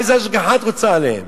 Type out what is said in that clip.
איזה השגחה את רוצה עליהן?